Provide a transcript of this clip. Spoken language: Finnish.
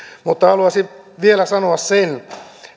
mutta haluaisin vielä sanoa sen